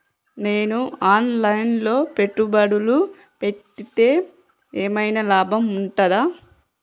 నేను online లో పెట్టుబడులు పెడితే ఏమైనా లాభం ఉంటదా?